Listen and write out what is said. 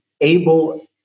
able –